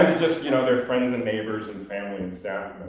just you know their friends and neighbors and family and staff